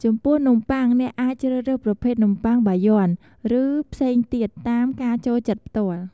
ចំពោះនំប័ុង អ្នកអាចជ្រើសរើសប្រភេទនំបុ័ងបាយ័ន ឬផ្សេងទៀត តាមការចូលចិត្តផ្ទាល់។